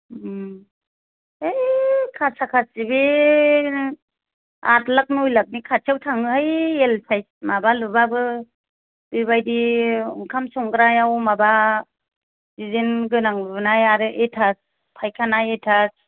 है खासा खासि बे आट लाख नय लाखनि खाथियाव थाङोहाय एल साइस माबा लुबाबो बेबादि ओंखाम संग्रायाव माबा दिजाइन गोनां लुनाय आरो एटास फायखाना एटास